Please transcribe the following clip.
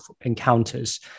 encounters